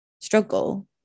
struggle